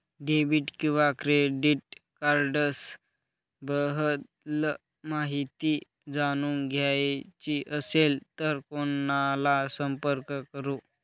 Debit किंवा credit cards बद्दल माहिती जाणून घ्यायची असेल तर कोणाला संपर्क करु?